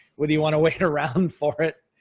whether you want to wait around for it,